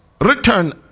Return